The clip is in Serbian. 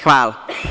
Hvala.